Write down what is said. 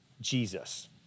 Jesus